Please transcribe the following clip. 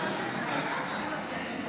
עברת מקום.